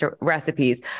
recipes